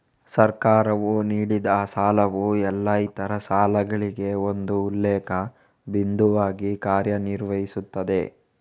ಸರ್ಕಾರವು ನೀಡಿದಸಾಲವು ಎಲ್ಲಾ ಇತರ ಸಾಲಗಳಿಗೆ ಒಂದು ಉಲ್ಲೇಖ ಬಿಂದುವಾಗಿ ಕಾರ್ಯ ನಿರ್ವಹಿಸುತ್ತದೆ